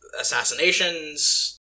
assassinations